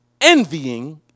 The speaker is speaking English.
envying